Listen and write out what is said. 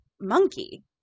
monkey